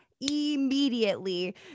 immediately